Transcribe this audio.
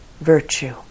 virtue